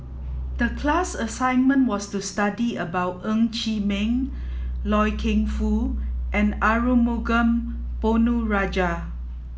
the class assignment was to study about Ng Chee Meng Loy Keng Foo and Arumugam Ponnu Rajah